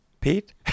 Pete